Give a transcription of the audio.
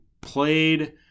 played